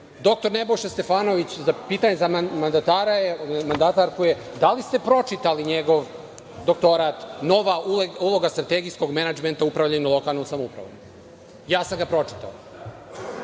Dr Nebojša Stefanović, pitanje za mandatarku je – da li ste pročitali njegov doktorat „Nova uloga strategijskog menadžmenta u upravljanju lokalnom samoupravom“? Ja sam ga pročitao.